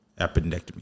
Appendectomy